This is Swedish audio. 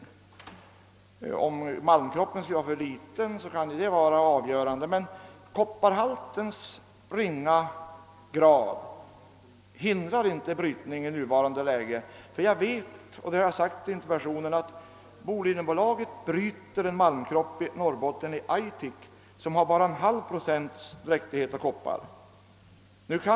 Om malmkroppen är för liten kan det naturligtvis vara avgörande, men kopparhaltens ringa grad hindrar inte brytning i nuvarande läge. Jag känner nämligen till — och det har jag också anfört i min interpellation — att Bolidenbolaget bedriver brytning av en malmkropp i Aitik med bara en halv procents kopparhalt.